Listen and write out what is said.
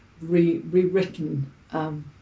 rewritten